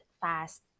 fast